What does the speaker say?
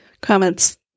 comments